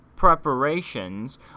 preparations